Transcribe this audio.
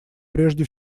прежде